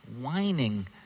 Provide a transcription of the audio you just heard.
whining